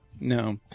No